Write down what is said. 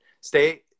Stay